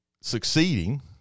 succeeding